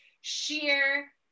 sheer